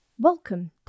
Welcome